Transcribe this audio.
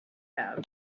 have